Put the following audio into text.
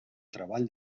treball